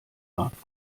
markt